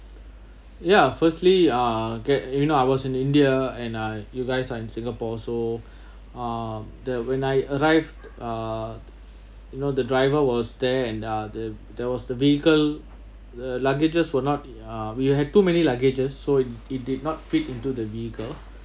ya firstly uh get you know I was in india and I you guys are in singapore so uh the when I arrived uh you know the driver was there and uh the there was the vehicle uh luggages were not uh we had too many luggages so it did not fit into the vehicle